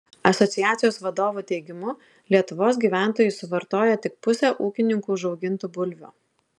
asociacijos vadovų teigimu lietuvos gyventojai suvartoja tik pusę ūkininkų užaugintų bulvių